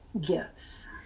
gifts